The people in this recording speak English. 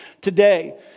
today